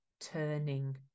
turning